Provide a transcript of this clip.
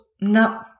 no